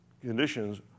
conditions